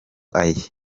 aya